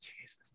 Jesus